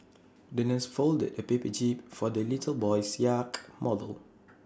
the nurse folded A paper jib for the little boy's yacht model